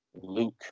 luke